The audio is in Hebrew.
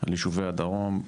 על יישובי הדרום,